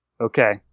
Okay